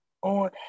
on